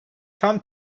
tam